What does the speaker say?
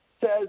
Says